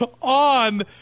on